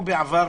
בעבר.